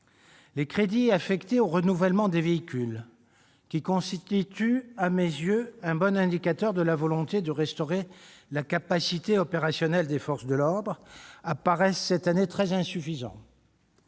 Les crédits affectés au renouvellement des véhicules, qui constituent à mes yeux un bon indicateur de la volonté de restaurer la capacité opérationnelle des forces de l'ordre, paraissent très insuffisants